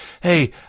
hey